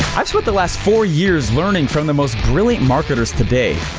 i've spent the last four years learning from the most brilliant marketers today,